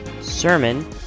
Sermon